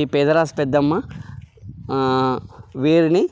ఈ పేదరాశి పెద్దమ్మ వీరిని